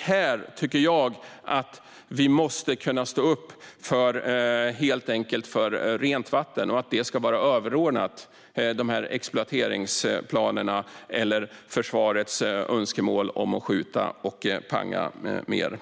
Här tycker jag att vi helt enkelt måste kunna stå upp för rent vatten och att det ska vara överordnat dessa exploateringsplaner eller försvarets önskemål om att skjuta och panga mer.